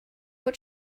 what